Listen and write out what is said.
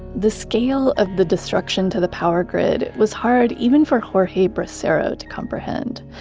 the scale of the destruction to the power grid was hard even for jorge bracero to comprehend.